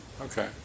Okay